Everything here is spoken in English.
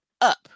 up